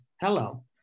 hello